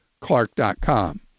clark.com